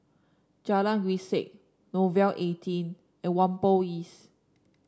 Jalan Grisek Nouvel Eighteen and Whampoa East